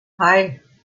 hei